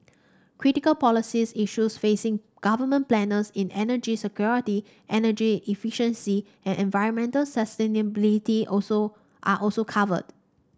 critical policies issues facing government planners in energy security energy efficiency and environmental sustainability also are also covered